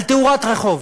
על תאורת רחוב.